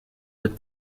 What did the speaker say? with